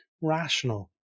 rational